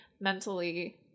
mentally